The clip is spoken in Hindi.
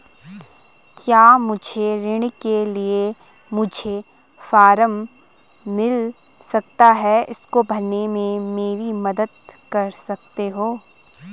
क्या मुझे ऋण के लिए मुझे फार्म मिल सकता है इसको भरने में मेरी मदद कर सकते हो?